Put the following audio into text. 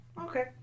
Okay